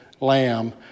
Lamb